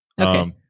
Okay